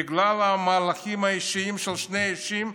בגלל המהלכים האישיים של שני האישים,